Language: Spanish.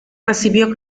recibió